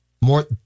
More